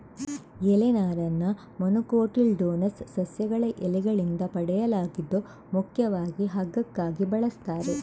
ಎಲೆ ನಾರನ್ನ ಮೊನೊಕೊಟಿಲ್ಡೋನಸ್ ಸಸ್ಯಗಳ ಎಲೆಗಳಿಂದ ಪಡೆಯಲಾಗಿದ್ದು ಮುಖ್ಯವಾಗಿ ಹಗ್ಗಕ್ಕಾಗಿ ಬಳಸ್ತಾರೆ